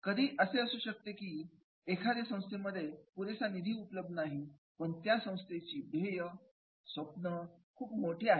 कधी असेही असू शकते की एखाद्या संस्थेमध्ये पुरेसा निधी उपलब्ध नाही पण त्या त्संस्थेची ध्येय स्वप्न खूप मोठी आहेत